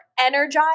energized